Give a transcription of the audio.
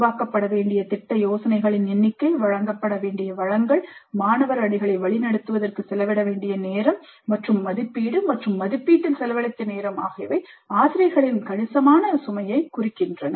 உருவாக்கப்பட வேண்டிய திட்ட யோசனைகளின் எண்ணிக்கை வழங்கப்பட வேண்டிய வளங்கள் மாணவர் அணிகளை வழிநடத்துவதற்கு செலவிட வேண்டிய நேரம் மற்றும் மதிப்பீடு மற்றும் மதிப்பீட்டில் செலவழித்த நேரம் ஆகியவை ஆசிரியர்களின் கணிசமான சுமையை குறிக்கின்றன